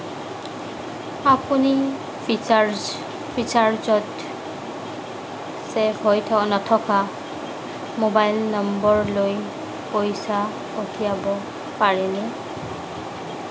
আপুনি ফ্ৰীচাৰ্জত চেভ হৈ নথকা ম'বাইল নম্বৰলৈ পইচা পঠিয়াব পাৰেনে